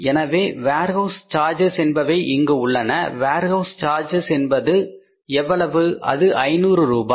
எனவே warehouse charges என்பவை இங்கு உள்ளன வேர்ஹவுஸ் சார்ஜஸ் என்பது எவ்வளவு அது 500 ரூபாய்